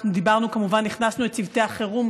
אנחנו הכנסנו כמובן את צוותי החירום,